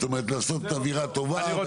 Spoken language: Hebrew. לעשות אווירה טובה וכולי.